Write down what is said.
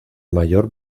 mayor